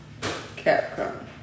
Capcom